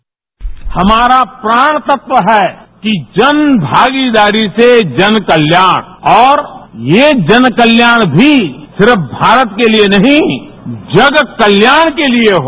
bite हमारा प्राण तत्व है कि जन भागीदारी से जन कल्याण और ये जन कल्याण भी सिर्फ भारत के लिए नहीं जग कल्याण के लिए हो